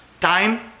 time